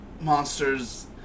monsters